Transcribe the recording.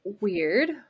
weird